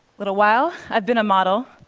little while, i've been a model.